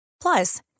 Plus